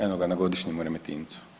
Eno ga na godišnjem u Remetincu.